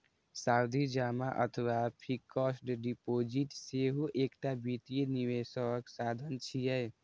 सावधि जमा अथवा फिक्स्ड डिपोजिट सेहो एकटा वित्तीय निवेशक साधन छियै